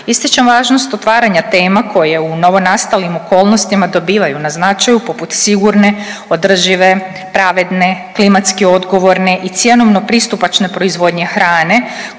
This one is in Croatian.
Ističem važnost otvaranja tema koje u novonastalim okolnostima dobivaju na značaju, poput sigurne, održive, pravedne, klimatski odgovorne i cjenovno pristupačne proizvodnje hrane,